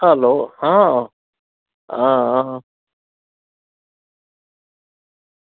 hello હા